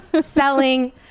selling